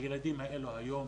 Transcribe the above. הילדים האלה היום,